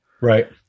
right